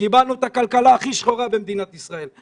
קיבלנו את הכלכלה הכי שחורה במדינת ישראל.